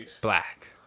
Black